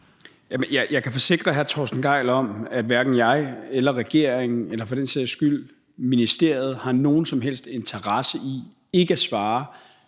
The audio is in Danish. Jeg kan forsikre hr. Torsten Gejl om, at hverken jeg eller regeringen eller for den sags skyld ministeriet har nogen som helst interesse i ikke at svare,